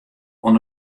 oan